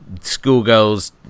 schoolgirls